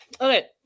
Okay